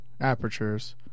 apertures